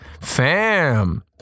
fam